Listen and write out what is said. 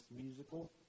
musical